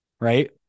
right